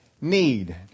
need